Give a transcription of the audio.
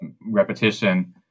repetition